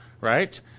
right